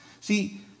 See